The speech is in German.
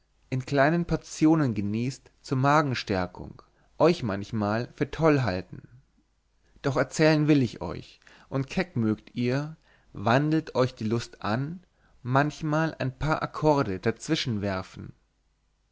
in kleinen portionen genießt zur magenstärkung euch manchmal für toll halten doch erzählen will ich euch und keck möget ihr wandelt euch die lust an manchmal ein paar akkorde dazwischen werfen